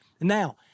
Now